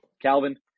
Calvin